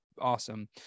awesome